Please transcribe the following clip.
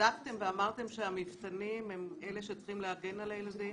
צדקתם ואמרתם שהמפת"נים הם אלה שצריכים להגן על הילדים,